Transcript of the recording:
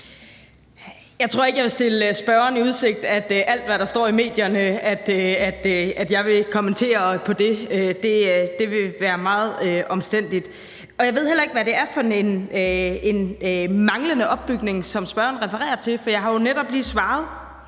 Jeg tror ikke, jeg vil stille spørgeren i udsigt, at jeg vil kommentere på alt, hvad der står i medierne. Det ville være meget omstændigt. Og jeg ved heller ikke, hvad det er for en manglende opbygning, som spørgeren refererer til, for jeg har jo netop lige svaret,